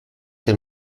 que